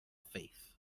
face